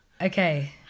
okay